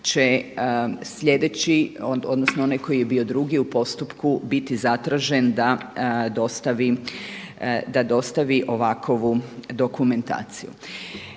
će sljedeći, odnosno onaj koji je bio drugi u postupku biti zatražen da dostavi ovakovu dokumentaciju.